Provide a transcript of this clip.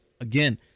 Again